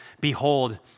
behold